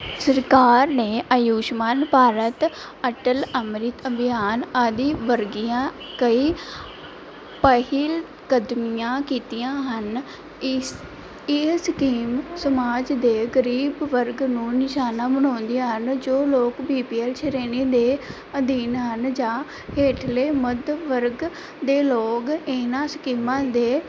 ਸਰਕਾਰ ਨੇ ਆਯੁਸ਼ਮਾਨ ਭਾਰਤ ਅਟਲ ਅੰਮ੍ਰਿਤ ਅਭਿਆਨ ਆਦਿ ਵਰਗੀਆਂ ਕਈ ਪਹਿਲਕਦਮੀਆਂ ਕੀਤੀਆਂ ਹਨ ਇਸ ਇਹ ਸਕੀਮ ਸਮਾਜ ਦੇ ਗਰੀਬ ਵਰਗ ਨੂੰ ਨਿਸ਼ਾਨਾ ਬਣਾਉਂਦੀਆਂ ਹਨ ਜੋ ਲੋਕ ਬੀ ਪੀ ਐਲ ਸ਼੍ਰੇਣੀ ਦੇ ਅਧੀਨ ਹਨ ਜਾਂ ਹੇਠਲੇ ਮੱਧ ਵਰਗ ਦੇ ਲੋਕ ਇਨ੍ਹਾਂ ਸਕੀਮਾਂ ਦੇ